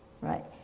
right